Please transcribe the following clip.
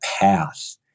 path